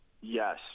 Yes